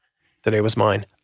the day was mine.